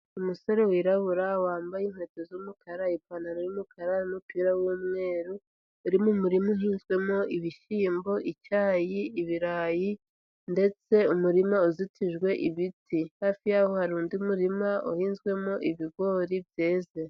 Umusore wirabura wambaye inkweto z'umukara ipantaro y'umukara n'umupira w'umweru, uri mu murima uhinzwemo ibishyimbo, icyayi, ibirayi ndetse umurima uzitijwe ibiti. Hafi yaho hari undi murima uhinzwemo ibigori byeze.